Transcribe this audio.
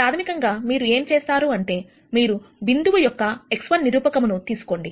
ప్రాథమికంగా మీరు ఏం చేస్తారు అంటే మీరు బిందువు యొక్క x1 నిరూపకమును తీసుకోండి